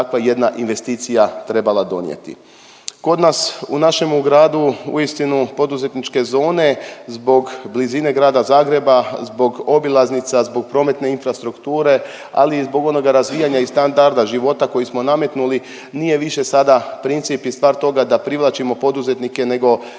Kod nas u našem gradu uistinu poduzetničke zone zbog blizine grada Zagreba, zbog obilaznica, zbog prometne infrastrukture ali i zbog onoga razvijanja i standarda života koji smo nametnuli nije više sada princip i stvar toga da privlačimo poduzetnike, nego